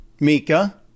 Mika